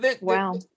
Wow